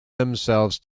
themselves